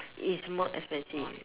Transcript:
it's more expensive